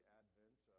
advent